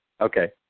Okay